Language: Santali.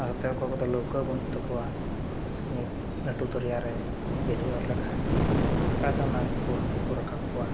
ᱦᱚᱭᱛᱚ ᱚᱠᱚᱭ ᱠᱚᱫᱚ ᱞᱟᱹᱣᱠᱟᱹ ᱵᱟᱹᱱᱩᱜ ᱛᱟᱠᱚᱣᱟ ᱱᱤᱛ ᱞᱟᱹᱴᱩ ᱫᱚᱨᱭᱟᱨᱮ ᱡᱷᱟᱹᱞᱤ ᱚᱨ ᱞᱮᱠᱷᱟᱡ ᱪᱮᱠᱟᱛᱮ ᱩᱱᱠᱩ ᱦᱟᱹᱠᱩ ᱠᱚ ᱨᱟᱠᱟᱵ ᱠᱚᱣᱟ